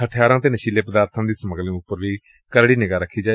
ਹਬਿਆਰਾਂ ਅਤੇ ਨਸ਼ੀਲੇ ਪਦਾਰਬਾਂ ਦੀ ਸਮਗਲਿੰਗ ਉਪਰ ਵੀ ਕਰਤੀ ਨਿਗਾਹ ਰੱਖੀ ਜਾਏ